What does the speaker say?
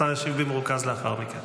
השר ישיב במרוכז לאחר מכן.